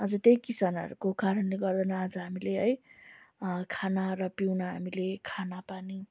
आज त्यही किसानहरूको कारणले गर्दा नै आज हामीले है खाना र पिउना हामीले खाना पानी